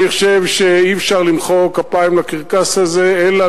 אני חושב שאי-אפשר למחוא כפיים לקרקס הזה אלא